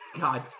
God